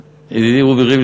ידידי רובי ריבלין,